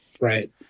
right